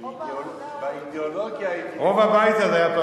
או בעבודה או בליכוד.